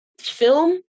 film